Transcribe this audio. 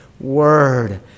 word